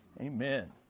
Amen